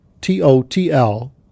t-o-t-l